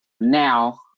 now